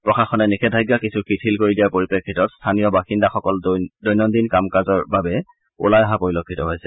প্ৰশাসনে নিষেধাজ্ঞা কিছু শিথিল কৰি দিয়াৰ পৰিপ্ৰেক্ষিতত স্থায়ীন বাসিন্দাসকল দৈনন্দিন কামকাজৰ ওলাই অহা পৰিলফিত হৈছে